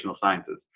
sciences